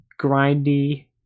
Grindy